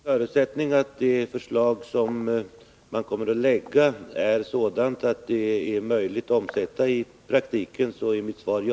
Herr talman! Under förutsättning att det förslag som man kommer att lägga fram är sådant att det är möjligt att omsätta det i praktiken, är mitt svar ja.